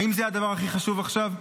האם זה הדבר הכי חשוב עכשיו?